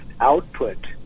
output